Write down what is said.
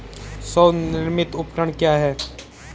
स्वनिर्मित उपकरण क्या है?